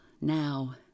Now